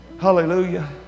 Hallelujah